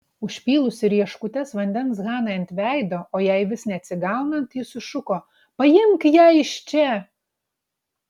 užpylusi rieškutes vandens hanai ant veido o jai vis neatsigaunant ji sušuko paimk ją iš čia